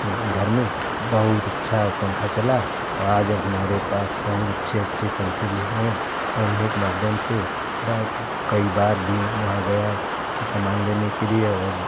घर में तो बहुत अच्छा पंखा चला और आज हमारे पास बहुत अच्छे अच्छे पंखे भी हैं और उनके माध्यम से कई बार भी वहाँ गया सामान लेने के लिए और धू